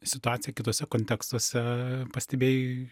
situaciją kituose kontekstuose pastebėjai